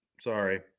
sorry